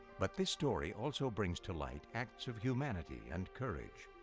but this story also brings to light acts of humanity and courage.